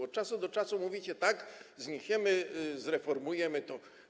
Od czasu do czasu mówicie: tak, zniesiemy, zreformujemy to.